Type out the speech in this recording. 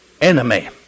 enemy